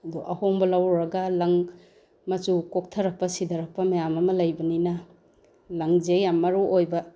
ꯑꯗꯨ ꯑꯍꯣꯡꯕ ꯂꯧꯔꯨꯔꯒ ꯂꯪ ꯃꯆꯨ ꯀꯣꯛꯊꯔꯛꯄ ꯁꯤꯗꯔꯛꯄ ꯃꯌꯥꯝ ꯑꯃ ꯂꯩꯕꯅꯤꯅ ꯂꯪꯁꯦ ꯌꯥꯝ ꯃꯔꯨ ꯑꯣꯏꯕ